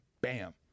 bam